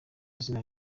izina